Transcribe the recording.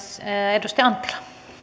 edustaja anttila arvoisa